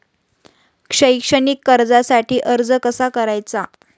शैक्षणिक कर्जासाठी अर्ज कसा करायचा?